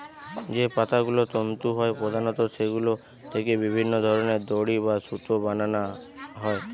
যে পাতাগুলো তন্তু হয় প্রধানত সেগুলো থিকে বিভিন্ন ধরনের দড়ি বা সুতো বানানা হয়